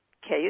case